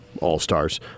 All-Stars